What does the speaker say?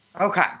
okay